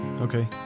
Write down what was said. Okay